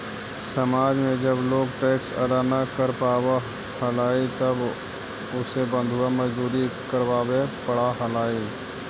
समाज में जब लोग टैक्स अदा न कर पावा हलाई तब उसे बंधुआ मजदूरी करवावे पड़ा हलाई